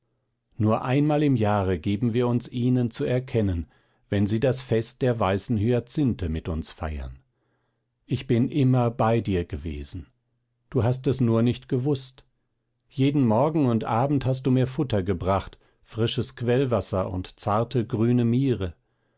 nur einmal im jahre geben wir uns ihnen zu erkennen wenn sie das fest der weißen hyazinthe mit uns feiern ich bin immer bei dir gewesen du hast es nur nicht gewußt jeden morgen und abend hast du mir futter gebracht frisches quellwasser und zarte grüne